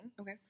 Okay